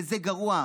וזה גרוע.